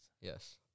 Yes